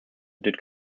did